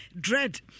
Dread